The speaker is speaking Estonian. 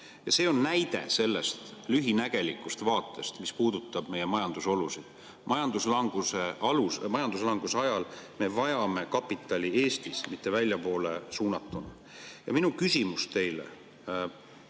See on näide sellest lühinägelikust vaatest, mis puudutab meie majandusolusid. Majanduslanguse ajal me vajame kapitali Eestis, mitte [ei peaks seda] väljapoole suunama. Ja mul [on soov] teile,